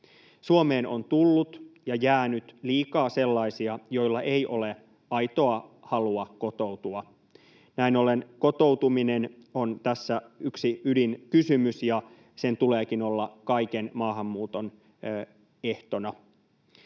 Suomeen on tullut ja jäänyt liikaa sellaisia, joilla ei ole aitoa halua kotoutua. Näin ollen kotoutuminen on tässä yksi ydinkysymys, ja sen tuleekin olla kaiken maahanmuuton ehtona.